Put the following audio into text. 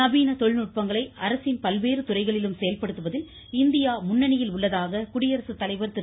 நவீன தொழில்நுட்பங்களை அரசின் பல்வேறு துறைகளிலும் செயல்படுத்துவதில் இந்தியா முன்னணியில் உள்ளதாக குடியரசு தலைவர் திரு